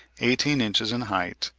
eighteen inches in height,